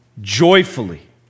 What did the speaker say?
joyfully